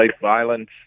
violence